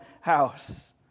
house